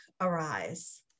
arise